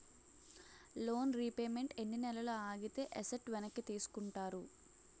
Loan repayment ఎన్ని నెలలు ఆగితే ఎసట్ వెనక్కి తీసుకుంటారు?